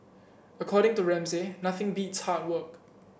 according to Ramsay nothing beats hard work